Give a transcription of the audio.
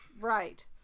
right